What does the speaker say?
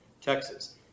Texas